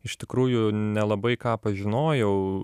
iš tikrųjų nelabai ką pažinojau